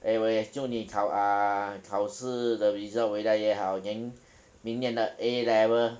我我也祝你考 uh 考试的 result 回来也好 then 明年的 A level